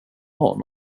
har